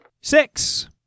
Six